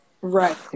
right